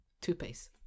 toothpaste